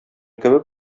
кебек